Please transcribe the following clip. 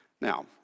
Now